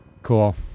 Cool